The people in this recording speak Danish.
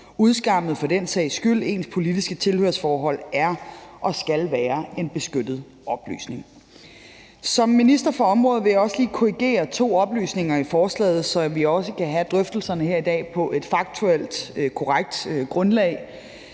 udskammet for den sags skyld. Ens politiske tilhørsforhold er og skal være en beskyttet oplysning. Som minister for området vil jeg også lige korrigere to oplysninger i forslaget, så vi kan have drøftelserne her i dag på et faktuelt og korrekt grundlag.